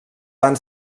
van